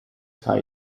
high